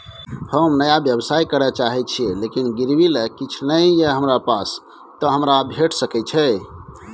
हम नया व्यवसाय करै चाहे छिये लेकिन गिरवी ले किछ नय ये हमरा पास त हमरा भेट सकै छै?